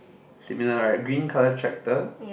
similar right green color tractor